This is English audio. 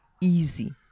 easy